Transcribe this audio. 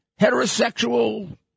heterosexual